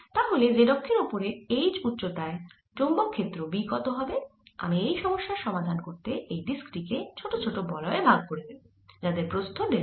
তাহলে z অক্ষের ওপর h উচ্চতায় চৌম্বক ক্ষেত্র B কত হবেআমি এই সমস্যার সমাধান করতে এই ডিস্ক টি কে ছোট ছোট বলয়ে ভাগ করে নেব যাদের প্রস্থ ডেল্টা r